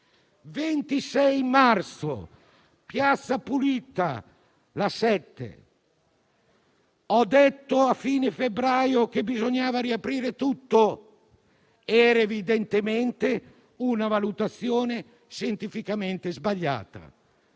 26 marzo, «Piazzapulita», La7: «Ho detto a fine febbraio che bisognava riaprire tutto. Era evidentemente una valutazione scientificamente sbagliata».